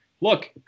Look